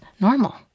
normal